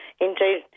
Indeed